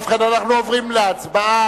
ובכן, אנחנו עוברים להצבעה.